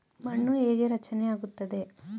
ಮಣ್ಣು ಹೇಗೆ ರಚನೆ ಆಗುತ್ತದೆ?